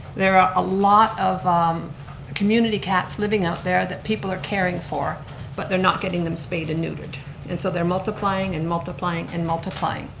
there are a lot of community cats living out there that people are caring for but they're not getting them sprayed and neutered and so they're multiplying and multiplying and multiplying.